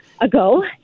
ago